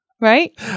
Right